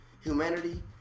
Humanity